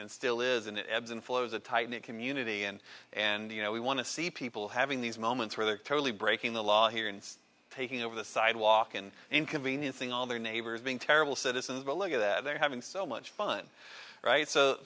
it still isn't it ebbs and flows a tight knit community and and you know we want to see people having these moments where they're totally breaking the law here and taking over the sidewalk and inconveniencing all their neighbors being terrible citizens but look at that they're having so much fun right so